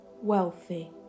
wealthy